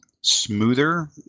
smoother